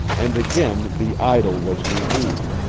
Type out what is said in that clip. and again the idyll was renewed,